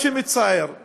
מה שמצער הוא